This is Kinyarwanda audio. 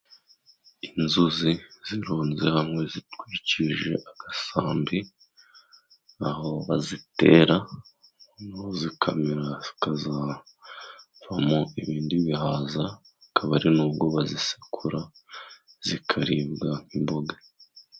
Inzuzi zirunze zitwikije agasambi aho bazitera no zikamera , zikazavamo ibindi bihaza akaba ari n'ubwo bazisekura zikaribwa imboga.